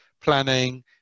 planning